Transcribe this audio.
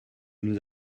nous